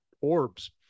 orbs